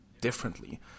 differently